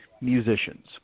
musicians